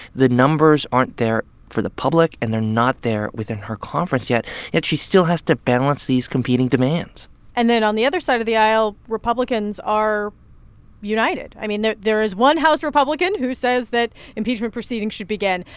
the numbers aren't there for the public. and they're not there within her conference yet, yet she still has to balance these competing demands and then on the other side of the aisle, republicans are united. i mean, there there is one house republican who says that impeachment proceedings should begin.